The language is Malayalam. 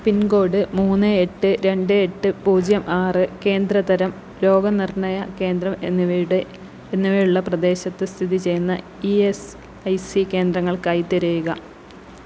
പിൻകോഡ് മൂന്ന് എട്ട് രണ്ട് എട്ട് പൂജ്യം ആറ് കേന്ദ്ര തരം രോഗനിർണയ കേന്ദ്രം എന്നിവയുടെ എന്നിവയുള്ള പ്രദേശത്ത് സ്ഥിതിചെയ്യുന്ന ഇ എസ് ഐ സി കേന്ദ്രങ്ങൾക്കായി തിരയുക